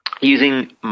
using